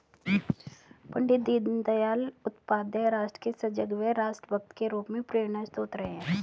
पण्डित दीनदयाल उपाध्याय राष्ट्र के सजग व राष्ट्र भक्त के रूप में प्रेरणास्त्रोत रहे हैं